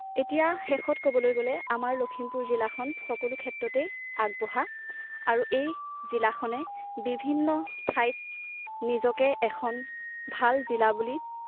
এতিয়া শেষত ক'বলৈ গ'লে আমাৰ লখিমপুৰ জিলাখন সকলো ক্ষেত্ৰতেই আগবঢ়া আৰু এই জিলাখনে বিভিন্ন ঠাইত নিজকে এখন ভাল জিলা বুলি